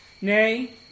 Nay